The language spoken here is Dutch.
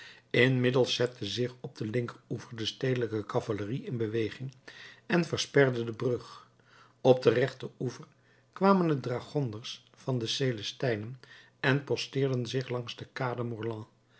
inmiddels zette zich op den linkeroever de stedelijke cavalerie in beweging en versperde de brug op den rechteroever kwamen de dragonders van de celestijnen en posteerden zich langs de kade morland